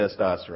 testosterone